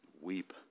weep